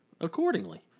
accordingly